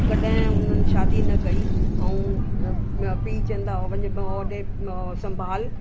कॾहिं उन्हनि शादी न कई ऐं पीउ चवंदा हुआ त वञ होॾे उहो सम्भाल